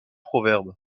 proverbe